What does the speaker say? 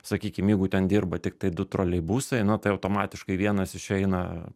sakykim jeigu ten dirba tiktai du troleibusai na tai automatiškai vienas išeina